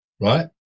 right